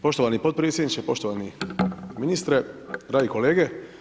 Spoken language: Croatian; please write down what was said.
Poštovani podpredsjedniče, poštovani ministre, dragi kolege.